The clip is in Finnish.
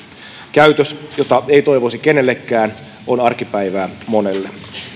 käytös jota ei toivoisi kenellekään on arkipäivää monelle